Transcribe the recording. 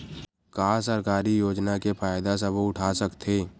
का सरकारी योजना के फ़ायदा सबो उठा सकथे?